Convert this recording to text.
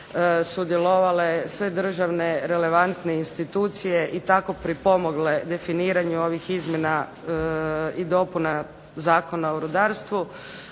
sudjelovale sve državne relevantne institucije, i tako pripomogle definiranju ovih izmjena i dopuna Zakona o rudarstvu,